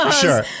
Sure